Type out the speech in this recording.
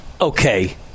okay